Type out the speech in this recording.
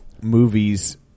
Movies